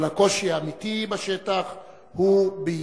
אבל הקושי האמיתי בשטח הוא ביישום.